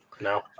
No